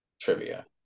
trivia